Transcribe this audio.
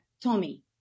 Tommy